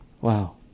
Wow